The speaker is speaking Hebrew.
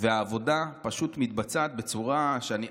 והעבודה פשוט מתבצעת בצורה שאני,